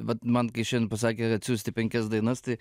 vat man pasakė atsiųsti penkias dainas tai